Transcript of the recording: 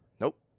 Nope